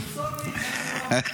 תמסור לי את התשובה בכתב.